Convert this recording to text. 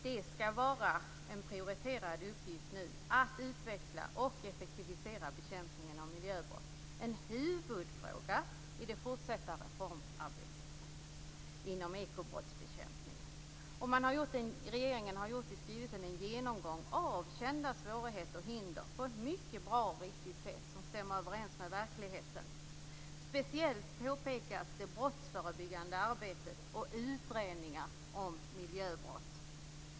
Det skall nu vara en prioriterad uppgift att utveckla och effektivisera bekämpningen av miljöbrott, en huvudfråga i det fortsatta reformarbetet inom ekobrottsbekämpningen. Man har i skrivelsen gjort en genomgång av kända svårigheter och hinder på ett mycket bra och riktigt sätt, som stämmer överens med verkligheten. Speciellt påpekas det brottsförebyggande arbetet och utredningar om miljöbrott.